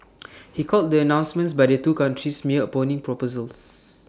he called the announcements by the two countries mere opening proposals